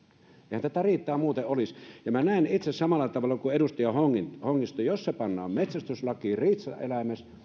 eihän tätä riitaa muuten olisi näen itse samalla tavalla kuin edustaja hongisto että jos se pannaan metsästyslakiin riistaeläimeksi